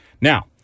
Now